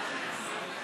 באזור),